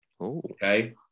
Okay